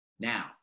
Now